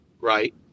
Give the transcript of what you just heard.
right